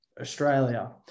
Australia